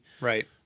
Right